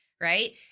Right